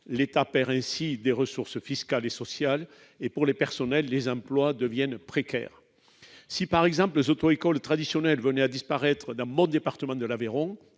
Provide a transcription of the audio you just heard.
l'État perd des ressources fiscales et sociales ; pour les personnels, les emplois deviennent précaires. Si, par exemple, les auto-écoles traditionnelles venaient à disparaître dans mon département de l'Aveyron,